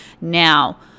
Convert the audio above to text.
Now